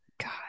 God